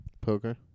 Poker